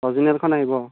অৰিজিনেলখন আহিব অঁ